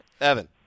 Evan